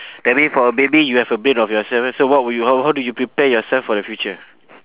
that mean for a baby you have a brain of yourself so what would you how how do you prepare yourself for the future